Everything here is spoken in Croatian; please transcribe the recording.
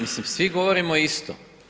Mislim, svi govorimo isto.